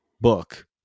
book